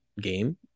game